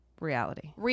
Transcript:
Reality